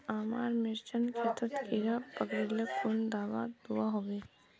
हमार मिर्चन खेतोत कीड़ा पकरिले कुन दाबा दुआहोबे?